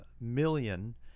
million